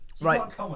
Right